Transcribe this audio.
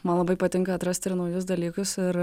man labai patinka atrasti ir naujus dalykus ir